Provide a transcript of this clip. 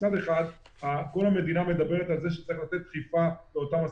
מצד אחד כל המדינה מדברת על זה שצריך לתת דחיפה לאותם עסקים,